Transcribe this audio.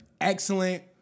excellent